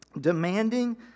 demanding